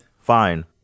fine